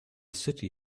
city